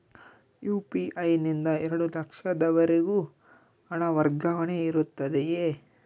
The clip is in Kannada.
ಯು.ಪಿ.ಐ ನಿಂದ ಎರಡು ಲಕ್ಷದವರೆಗೂ ಹಣ ವರ್ಗಾವಣೆ ಇರುತ್ತದೆಯೇ?